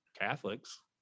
Catholics